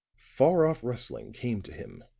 far-off rustling came to him